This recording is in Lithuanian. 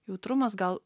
jautrumas gal